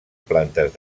plantes